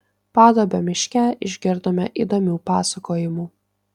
paduobio miške išgirdome įdomių pasakojimų